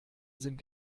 sind